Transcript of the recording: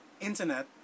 internet